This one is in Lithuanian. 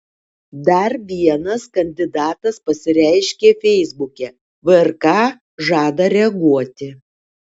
dar vienas kandidatas pasireiškė feisbuke vrk žada reaguoti